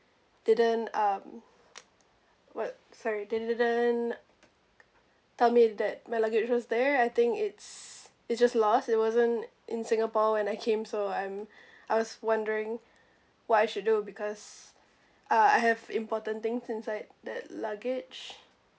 didn't um what sorry they didn't tell me that my luggage was there I think it's it just lost it wasn't in singapore when I came so I'm I was wondering what I should do because uh I have important things inside that luggages